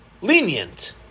lenient